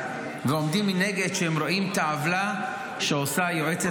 ועומדים מנגד כשהם רואים את העוולה שעושה היועצת